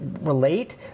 relate